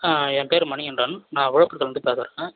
அ என் பேர் மணிகண்டன் நான் விழுப்புரத்துலிருந்து பேசுறேன்